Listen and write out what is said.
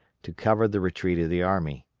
to cover the retreat of the army.